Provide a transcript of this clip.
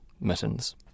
mittens